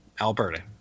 Alberta